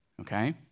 okay